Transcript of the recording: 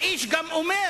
האיש גם אומר: